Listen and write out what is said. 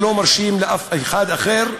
ולא מרשים לאף אחד אחר: